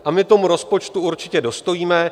A my tomu rozpočtu určitě dostojíme.